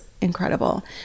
incredible